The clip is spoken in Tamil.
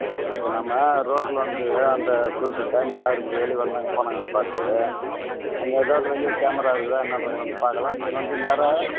சரி இப்போது நம்ம ரோட்டில் வந்து அந்த குறிப்பிட்ட டைமுக்கு யார் இப்படி வெளியே வந்தாங்க போனாங்கன்னு பார்த்து அங்கே ஏதாவது வெளியே கேமரா இருக்குதா என்னென்றத வந்து பார்க்கலாம் நீங்கள் வந்து நேராக